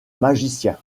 magicien